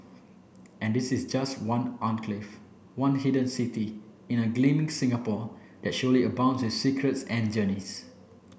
and this is just one enclave one hidden city in a gleaming Singapore that surely abounds with secrets and journeys